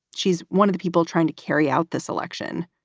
she's one of the people trying to carry out this election.